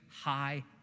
high